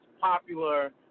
popular